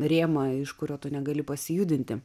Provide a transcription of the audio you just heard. rėmą iš kurio tu negali pasijudinti